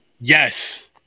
Yes